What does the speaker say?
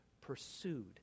pursued